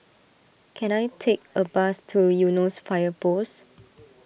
can I take a bus to Eunos Fire Post